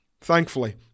Thankfully